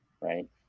Right